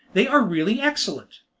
they are really excellent!